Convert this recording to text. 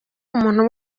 umuntu